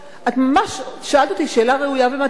את ממש שאלת אותי שאלה ראויה ומתאימה,